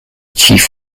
chief